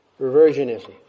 reversionism